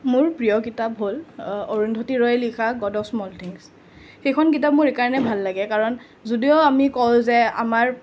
মোৰ প্ৰিয় কিতাপ হ'ল অৰুন্ধতী ৰয়ে লিখা গড অৱ স্মল থিংছ সেইখন কিতাপ মোৰ এইকাৰণে ভাল লাগে কাৰণ যদিও আমি কওঁ যে আমাৰ